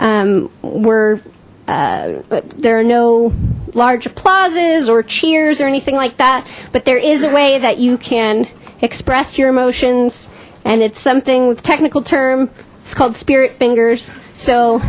were there are no large plazas or cheers or anything like that but there is a way that you can express your emotions and it's something with technical term it's called spirit